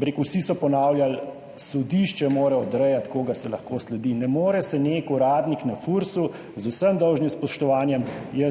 rekli, vsi so ponavljali, sodišče mora odrejati, komu se lahko sledi. Ne more se nek uradnik na Fursu, z vsemdolžnim spoštovanjem, jaz